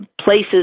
places